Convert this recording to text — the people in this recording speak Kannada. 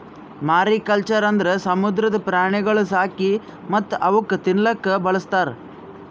ಮಾರಿಕಲ್ಚರ್ ಅಂದುರ್ ಸಮುದ್ರದ ಪ್ರಾಣಿಗೊಳ್ ಸಾಕಿ ಮತ್ತ್ ಅವುಕ್ ತಿನ್ನಲೂಕ್ ಬಳಸ್ತಾರ್